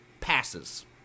passes